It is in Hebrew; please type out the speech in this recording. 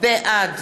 בעד